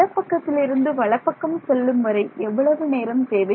இடப்பக்கத்திலிருந்து வலப்பக்கம் செல்லும்வரை எவ்வளவு நேரம் தேவை